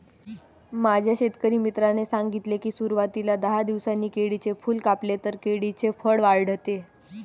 माझ्या शेतकरी मित्राने सांगितले की, सुरवातीला दहा दिवसांनी केळीचे फूल कापले तर केळीचे फळ वाढते